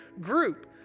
group